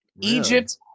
Egypt